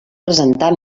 presentar